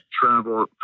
travel